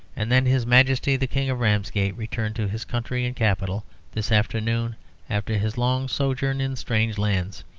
and then, his majesty the king of ramsgate returned to his country and capital this afternoon after his long sojourn in strange lands.